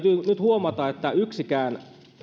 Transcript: huomata että yksikään